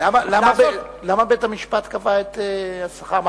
למה בית-המשפט קבע את השכר?